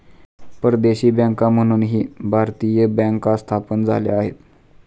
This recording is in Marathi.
परदेशी बँका म्हणूनही भारतीय बँका स्थापन झाल्या आहेत